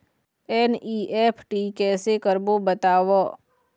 NEFT कैसे करबो बताव?